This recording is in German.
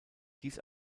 dies